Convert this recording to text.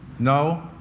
no